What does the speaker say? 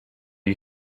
you